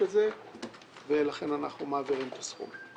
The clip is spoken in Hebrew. את זה ולכן אנחנו מבקשים להעביר את הסכום.